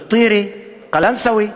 א-טירה, קלנסואה,